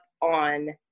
on